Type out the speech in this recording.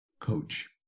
coach